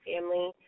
family